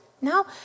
No